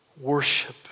Worship